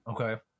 Okay